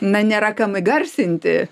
na nėra kam įgarsinti